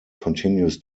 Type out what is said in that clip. continues